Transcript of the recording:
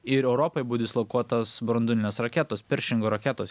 ir europoj buvo dislokuotos branduolinės raketos peršingo raketos